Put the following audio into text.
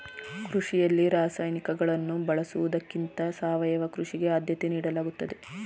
ಕೃಷಿಯಲ್ಲಿ ರಾಸಾಯನಿಕಗಳನ್ನು ಬಳಸುವುದಕ್ಕಿಂತ ಸಾವಯವ ಕೃಷಿಗೆ ಆದ್ಯತೆ ನೀಡಲಾಗುತ್ತದೆ